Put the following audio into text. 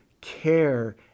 care